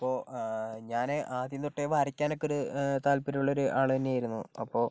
ഇപ്പോൾ ഞാന് ആദ്യം തൊട്ടേ വരയ്ക്കാനൊക്കെ ഒരു താല്പര്യം ഉള്ള ഒരു ആള് തന്നെ ആയിരുന്നു അപ്പോൾ